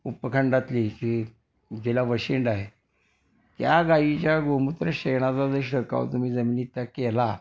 उपखंडातली जी जिला वशिंड आहे त्या गाईच्या गोमूत्र शेणाचा जर शिरकाव तुम्ही जमिनीत त्या केला